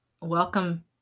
Welcome